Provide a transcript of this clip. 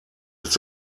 ist